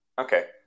Okay